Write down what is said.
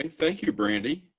and thank you. brandi.